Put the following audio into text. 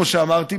כמו שאמרתי,